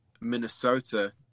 Minnesota